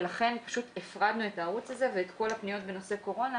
לכן פשוט הפרדנו את הערוץ הזה ואת כל הפניות בנושא קורונה